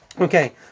Okay